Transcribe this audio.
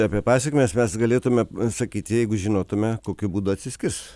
apie pasekmes mes galėtume sakyti jeigu žinotume kokiu būdu atsiskirs